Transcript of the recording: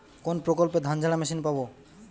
কোনপ্রকল্পে ধানঝাড়া মেশিন পাব?